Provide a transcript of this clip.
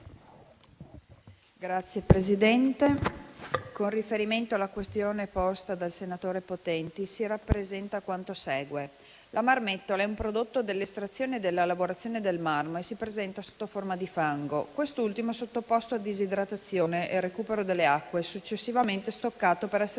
Signor Presidente, con riferimento alla questione posta dal senatore Potenti, si rappresenta quanto segue. La marmettola è un prodotto dell'estrazione della lavorazione del marmo e si presenta sotto forma di fango. Quest'ultimo è sottoposto a disidratazione e recupero delle acque, e successivamente stoccato per essere